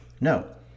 No